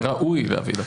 שראוי להביא לכנסת.